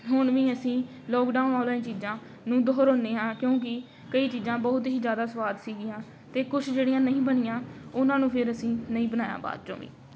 ਹੁਣ ਵੀ ਅਸੀਂ ਲੋਕਡਾਊਨ ਵਾਲੀਆਂ ਚੀਜ਼ਾਂ ਨੂੰ ਦੁਹਰਾਉਂਦੇ ਹਾਂ ਕਿਉਂਕਿ ਕਈ ਚੀਜ਼ਾਂ ਬਹੁਤ ਹੀ ਜ਼ਿਆਦਾ ਸਵਾਦ ਸੀਗੀਆਂ ਅਤੇ ਕੁਛ ਜਿਹੜੀਆਂ ਨਹੀਂ ਬਣੀਆਂ ਉਹਨਾਂ ਨੂੰ ਫਿਰ ਅਸੀਂ ਨਹੀਂ ਬਣਾਇਆ ਬਾਅਦ 'ਚੋਂ ਵੀ